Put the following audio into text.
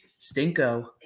Stinko